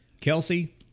Kelsey